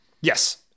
Yes